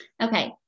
Okay